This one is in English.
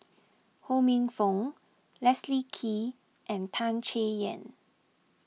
Ho Minfong Leslie Kee and Tan Chay Yan